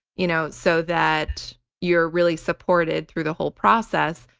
you know so that you're really supported through the whole process.